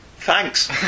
thanks